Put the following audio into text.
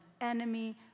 enemy